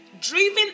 driven